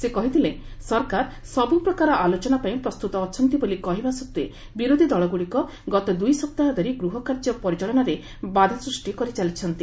ସେ କହିଥିଲେ ସରକାର ସବୁପ୍ରକାର ଆଲୋଚନାପାଇଁ ପ୍ରସ୍ତୁତ ଅଛନ୍ତି ବୋଲି କହିବା ସଭ୍ଜେ ବିରୋଧି ଦଳଗୁଡ଼ିକ ଗତ ଦୁଇ ସପ୍ତାହ ଧରି ଗୃହକାର୍ଯ୍ୟ ପରିଚାଳନାରେ ବାଧା ସୃଷ୍ଟି କରି ଚାଲିଛନ୍ତି